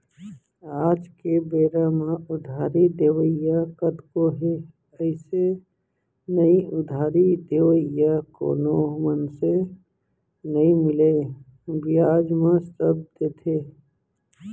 आज के बेरा म उधारी देवइया कतको हे अइसे नइ उधारी देवइया कोनो मनसे नइ मिलय बियाज म सब देथे